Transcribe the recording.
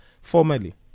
formally